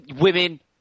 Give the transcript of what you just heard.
women